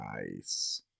nice